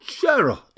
Gerard